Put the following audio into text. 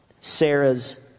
Sarah's